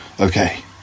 Okay